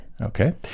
Okay